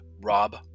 Rob